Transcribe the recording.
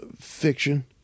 fiction